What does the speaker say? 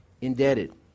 indebted